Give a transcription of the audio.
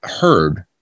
heard